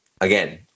again